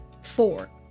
four